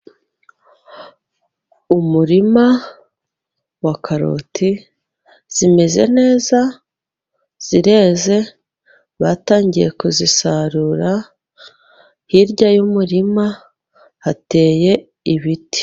Umurima wa karoti zimeze neza, zireze batangiye kuzisarura, hirya y'umurima hateye ibiti.